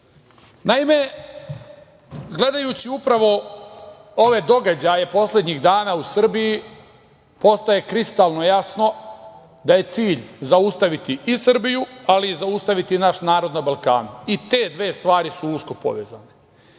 narodu. Naime, gledajući upravo ove događaje poslednjih dana u Srbiji, postaje kristalno jasno da je cilj zaustaviti i Srbiju, ali zaustaviti i naš narod na Balkanu i te dve stvari su usko povezane,